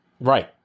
Right